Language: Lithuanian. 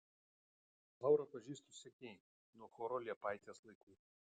laurą pažįstu seniai nuo choro liepaitės laikų